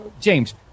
James